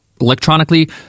electronically